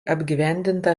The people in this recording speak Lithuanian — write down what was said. apgyvendinta